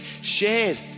shared